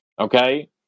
Okay